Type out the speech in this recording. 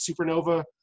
supernova